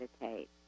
meditate